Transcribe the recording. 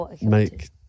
make